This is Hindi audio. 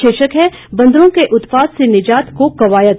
शीर्षक है बंदरों के उत्पात से निजात को कवायद